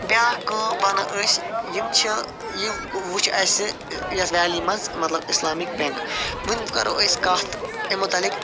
بیٛاکھ کٲم وَنو أسۍ یِم چھِ یہِ وُچھ اَسہِ یَتھ ویلی منٛز مطلب اِسلامی بینٛک وۅنۍ کَرو أسۍ کَتھ اِ متعلق